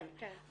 כן.